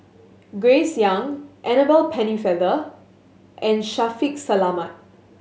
Grace Young Annabel Pennefather and Shaffiq Selamat